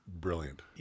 brilliant